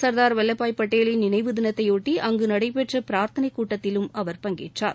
சர்தார் வல்லபாய் பட்டேலின் நினைவு தினத்தையொட்டி அங்கு நடைபெற்ற பிரார்த்தனைக் கூட்டத்திலும் அவர் பங்கேற்றார்